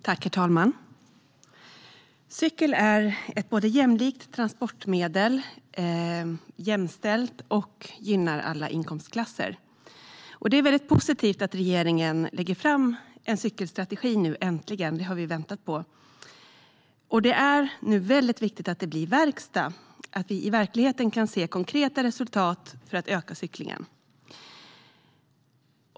Herr talman! Cykel är ett både jämlikt och jämställt transportmedel som gynnar alla inkomstklasser. Det är positivt att regeringen äntligen lägger fram en cykelstrategi - det har vi väntat på. Det är väldigt viktigt att det nu blir verkstad och att vi i verkligheten kan se konkreta resultat för att öka cyklingen.